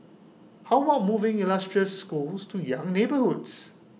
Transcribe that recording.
how about moving illustrious schools to young neighbourhoods